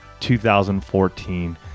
2014